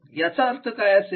याचा काय अर्थ असेल